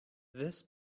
this